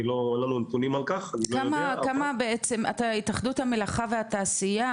אני לא יודע נתונים על כך -- בעצם התאחדות המלאכה והתעשיה,